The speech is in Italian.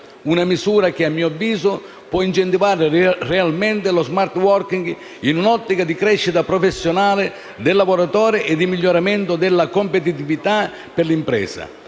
una misura che, a mio avviso, può incentivare realmente lo smart working in un’ottica di crescita profes- sionale del lavoratore e di miglioramento della competitività per l’impresa.